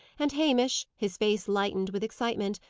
and hamish, his face lighted with excitement,